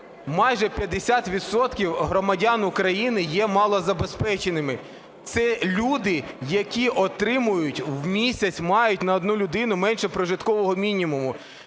відсотків громадян України є малозабезпеченими. Це люди, які отримують, в місяць мають на одну людину менше прожиткового мінімуму.